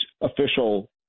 official